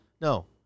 No